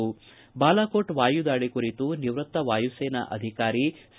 ಈ ಕುರಿತು ಬಾಲಾಕೋಟ್ ವಾಯುದಾಳಿ ಕುರಿತು ನಿವೃತ್ತ ವಾಯುಸೇನಾ ಅಧಿಕಾರಿ ಸಿ